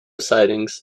sidings